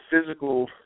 physical